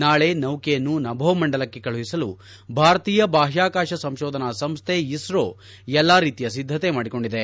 ನಾಳೆ ನೌಕೆಯನ್ನು ನಭೋಮಂಡಲಕ್ಕೆ ಕಳುಹಿಸಲು ಭಾರತೀಯ ಬಾಹ್ಕಾಕಾಶ ಸಂಶೋಧನಾ ಸಂಸ್ಥೆ ಇಸ್ತೊ ಎಲ್ಲಾ ರೀತಿಯ ಸಿದ್ಧತೆ ಮಾಡಿಕೊಂಡಿದೆ